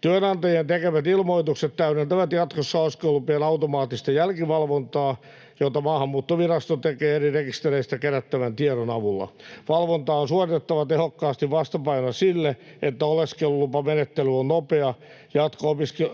Työnantajien tekemät ilmoitukset täydentävät jatkossa oleskelulupien automaattista jälkivalvontaa, jota Maahanmuuttovirasto tekee eri rekistereistä kerättävän tiedon avulla. Valvontaa on suoritettava tehokkaasti vastapainona sille, että oleskelulupamenettely on nopea,